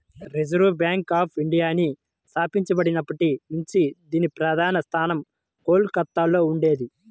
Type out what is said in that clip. reserve bank of ఇండియాని స్థాపించబడినప్పటి నుంచి దీని ప్రధాన స్థావరం కోల్కతలో ఉండేది